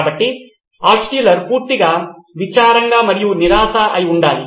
కాబట్టి ఆల్ట్షుల్లర్ పూర్తిగా విచారంగా మరియు నిరాశ అయి ఉండాలి